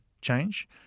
change